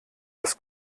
das